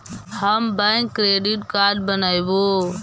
हम bank credit card बनैवो?